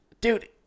dude